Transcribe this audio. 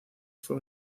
fue